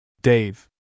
Dave